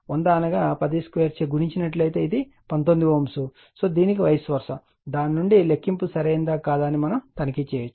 100 అనగా 102చే గుణించినట్లయితే ఇది 19 Ω లేదా దీనికి వైస్ వర్సా దాని నుండి లెక్కింపు సరైనదా కాదా అని తనిఖీ చేయవచ్చు